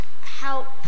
help